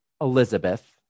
Elizabeth